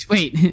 Wait